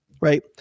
right